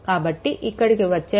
కాబట్టి ఇక్కడ వచ్చే పవర్ 2 v3